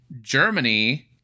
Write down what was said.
Germany